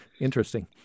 Interesting